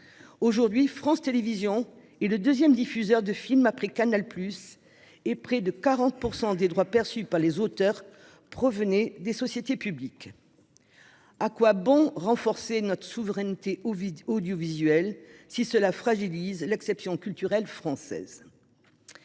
Aujourd'hui encore, France Télévisions est le deuxième diffuseur de films après Canal+, et près de 40 % des droits perçus par les auteurs proviennent de sociétés publiques ... À quoi bon renforcer notre souveraineté audiovisuelle si cela fragilise l'exception culturelle française ?